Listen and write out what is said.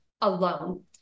alone